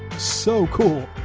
so cool!